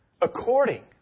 According